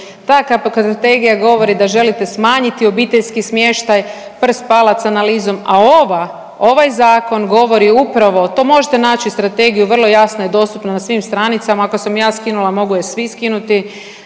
ta strategija govori da želite smanjiti obiteljski smještaj prst palac analizom, a ova ovaj zakon govori upravo, to možete naći strategiju vrlo je jasna i dostupna na svim stranicama, ako sam ja skinula mogu je svi skinuti,